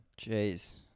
Jeez